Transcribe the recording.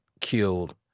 killed